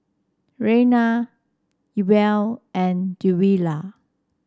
Raina Ewell and Twila